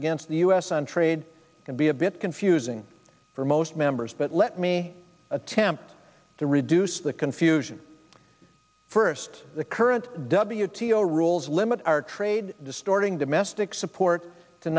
against the u s on trade can be a bit confusing for most members but let me attempt to reduce the confusion first the current w t o rules limit our trade distorting domestic support to